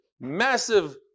massive